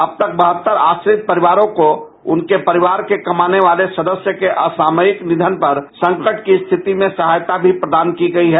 अब तक बहत्तर आश्रित परिवारों को उनके परिवार के कमाने वाले सदस्य के असामयिक निधन पर संकट में सहायता भी प्रदान की गयी है